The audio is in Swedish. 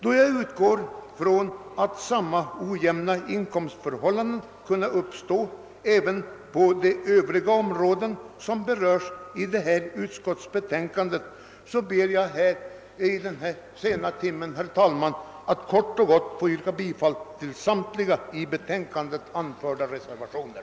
Då jag utgår från att samma ojämna inkomstförhållanden kan uppstå även på de övriga områden som berörs i detta utskottsbetänkande, ber jag, herr talman, vid denna sena timme kort och gott att få yrka bifall till samtliga vid betänkandet fogade reservationer.